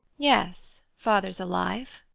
yes, father's alive.